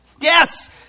Yes